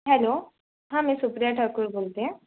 hello हां मी सुप्रिया ठाकूर बोलते आहे